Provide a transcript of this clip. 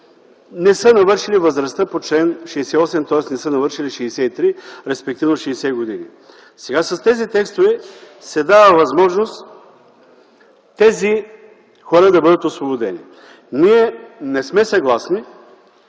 не са навършили възрастта по чл. 68, тоест ако не са навършили 63, респективно 60 години. Сега с тези текстове се дава възможност тези хора да бъдат освободени. Но ние не сме съгласни